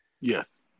Yes